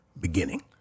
beginning